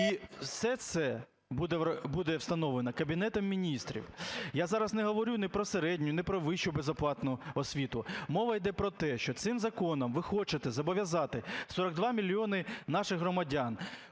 І все це буде встановлено Кабінетом Міністрів. Я зараз не говорю ні про середню, ні про вищу безоплатну освіту. Мова йде про те, що цим законом ви хочете зобов'язати 42 мільйони наших громадян